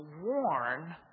warn